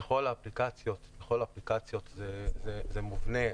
בכל האפליקציות, זה מובנה.